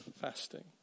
fasting